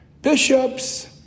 bishops